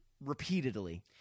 repeatedly